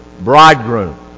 bridegroom